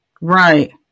right